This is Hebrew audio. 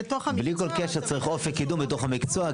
בלי כל קשר צריך אופק קידום בתוך המקצוע,